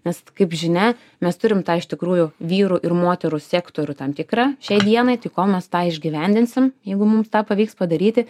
nes kaip žinia mes turim tą iš tikrųjų vyrų ir moterų sektorių tam tikrą šiai dienai tai kol mes tą išgyvendinsim jeigu mums tą pavyks padaryti